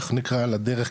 מה שנקרא על הדרך,